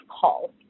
call